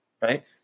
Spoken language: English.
right